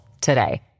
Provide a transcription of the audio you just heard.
today